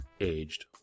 aged